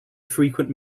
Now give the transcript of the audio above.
frequent